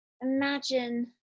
imagine